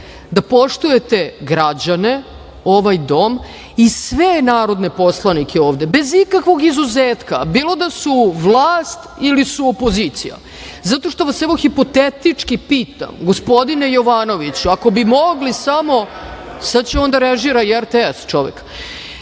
da poštujete građane, ovaj dom i sve narodne poslanike ovde bez ikakvog izuzetka, bilo da su vlast ili su opozicija, zato što vas evo hipotetički pitam gospodine Jovanoviću, ako bi mogli samo, sad će on da režira i RTS čovek,